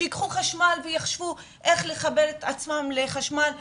שייקחו חשמל ויחשבו איך לחבר את עצמם לחשמל ולחיים,